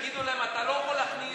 יגידו להם: אתה לא יכול להכניס,